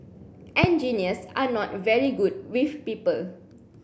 engineers are not very good with people